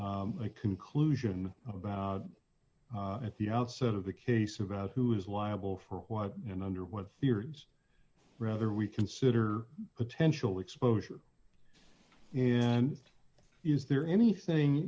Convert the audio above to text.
my conclusion about at the outset of the case about who is liable for what and under what appears rather we consider potential exposure and is there anything